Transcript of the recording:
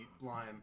line